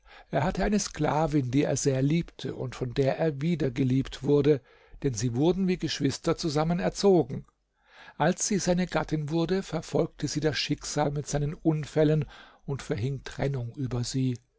er hatte eine sklavin die er sehr liebte und von der er wieder geliebt wurde denn sie wurden wie geschwister zusammen erzogen als sie seine gattin wurde verfolgte sie das schicksal mit seinen unfällen und verhing trennung über sie